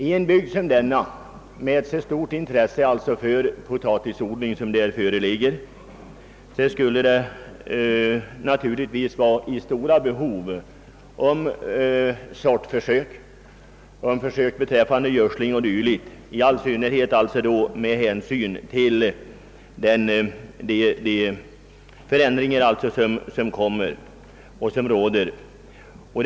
I en bygd med så stort intresse för potatisodling föreligger naturligtvis ett avsevärt behov av sortförsök, försök beträffande gödsling och dylikt, i all synnerhet med hänsyn till pågående och kommande förändringar.